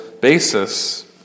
basis